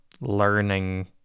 learning